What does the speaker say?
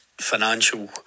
financial